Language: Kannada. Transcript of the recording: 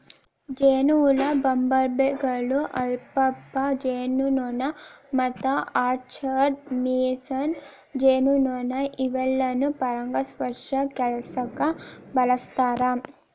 ಜೇನಹುಳ, ಬಂಬಲ್ಬೇಗಳು, ಅಲ್ಫಾಲ್ಫಾ ಜೇನುನೊಣ ಮತ್ತು ಆರ್ಚರ್ಡ್ ಮೇಸನ್ ಜೇನುನೊಣ ಇವೆಲ್ಲಾನು ಪರಾಗಸ್ಪರ್ಶ ಕೆಲ್ಸಕ್ಕ ಬಳಸ್ತಾರ